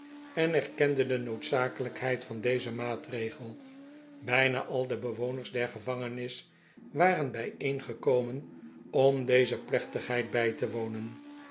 en erkende de noodzakelijkheid van dezen maatregel bijna al de bewoners der gevangenis waren bijeengekomen om deze plechtigheid bij te wonen